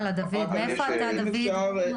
מאיפה אתה, דוד?